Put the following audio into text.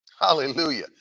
Hallelujah